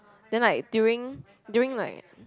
then like during during like